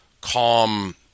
calm